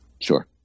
Sure